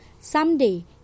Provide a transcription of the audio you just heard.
Someday